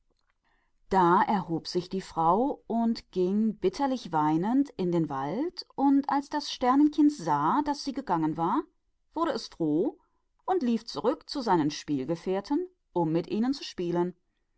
da stand das weib auf und ging fort in den wald und weinte bitterlich und als das sternenkind sah daß sie fort war freute es sich und lief zu seinen spielgenossen zurück um mit ihnen zu spielen